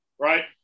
right